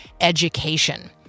education